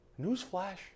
Newsflash